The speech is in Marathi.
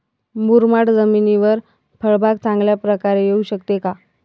मुरमाड जमिनीवर फळबाग चांगल्या प्रकारे येऊ शकते का?